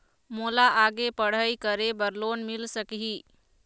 मोला आगे पढ़ई करे बर लोन मिल सकही?